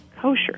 kosher